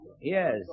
Yes